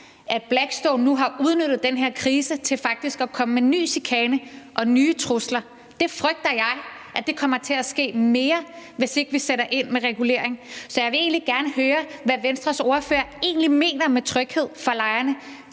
at Blackstone nu har udnyttet den her krise til faktisk at komme med ny chikane og nye trusler. Det frygter jeg kommer til at ske mere, hvis ikke vi sætter ind med regulering. Så jeg vil gerne høre, hvad Venstres ordfører egentlig mener med tryghed for lejerne,